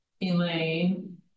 elaine